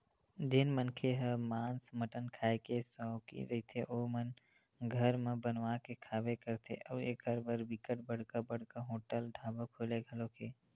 जेन मनखे ह मांस मटन खांए के सौकिन रहिथे ओमन घर म बनवा के खाबे करथे अउ एखर बर बिकट बड़का बड़का होटल ढ़ाबा खुले घलोक हे